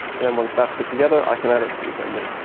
and then once that's put together i can add it to the assembly.